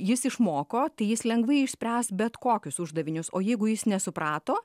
jis išmoko tai jis lengvai išspręs bet kokius uždavinius o jeigu jis nesuprato